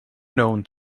known